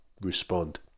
respond